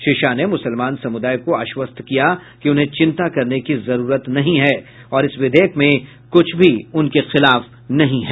श्री शाह ने मुसलमान समुदाय को आश्वस्त किया कि उन्हें चिंता करने की जरूरत नहीं है और इस विधेयक में कुछ भी उनके खिलाफ नहीं है